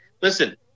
Listen